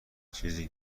چیزی